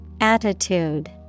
Attitude